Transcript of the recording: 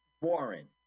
Warren